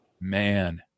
man